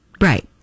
Right